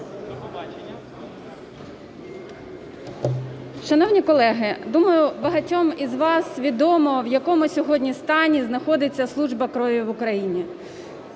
Шановні колеги, думаю, багатьом із вас відомо, в якому сьогодні стані знаходиться служба крові в Україні.